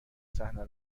صحنه